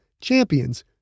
champions